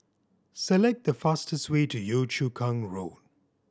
select the fastest way to Yio Chu Kang Road